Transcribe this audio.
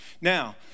Now